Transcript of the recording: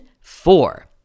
four